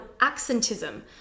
accentism